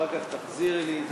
ואחר כך תחזירי לי את זה בבקשה.